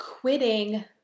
quitting